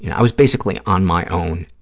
and i was basically on my own.